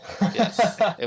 Yes